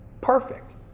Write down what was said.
perfect